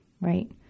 right